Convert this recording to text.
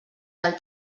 del